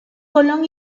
colón